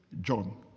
John